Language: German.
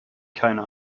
keine